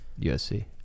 USC